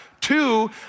Two